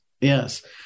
yes